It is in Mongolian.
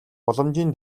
боломжийн